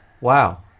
Wow